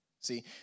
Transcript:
See